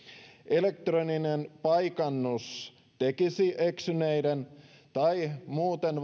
elektroninen paikannus tekisi eksyneiden tai muuten